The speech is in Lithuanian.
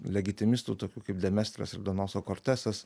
legitimistų tokių kaip demestras ir donoso kortesas